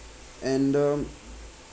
and um